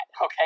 okay